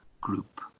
group